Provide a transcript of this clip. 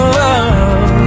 love